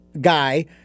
guy